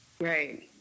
Right